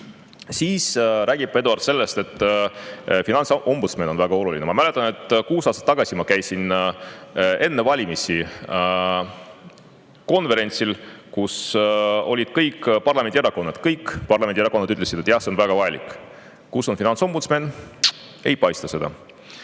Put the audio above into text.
samm. Siis rääkis Eduard sellest, et finantsombudsman on väga oluline. Ma mäletan, et kuus aastat tagasi ma käisin enne valimisi konverentsil, kus olid kõik parlamendierakonnad. Kõik parlamendierakonnad ütlesid, et jah, see on väga vajalik. Kus on finantsombudsman? Ei paista